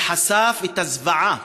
שחשף את הזוועה